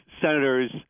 senators